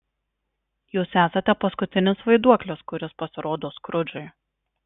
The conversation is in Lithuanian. jūs esate paskutinis vaiduoklis kuris pasirodo skrudžui